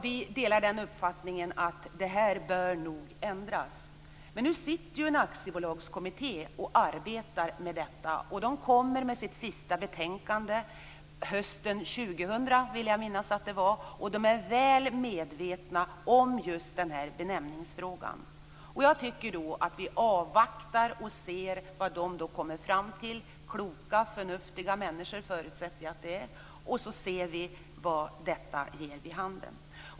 Vi delar uppfattningen att det här nog bör ändras. Men nu arbetar en aktiebolagskommitté med detta, och man kommer med sitt sista betänkande hösten 2000, vill jag minnas att det var. Man är väl medveten om just benämningsfrågan. Jag tycker att vi avvaktar och ser vad man kommer fram till - kloka förnuftiga människor förutsätter jag att det är - och så ser vi vad det ger vid handen.